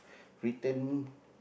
written